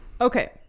Okay